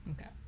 okay